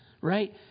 right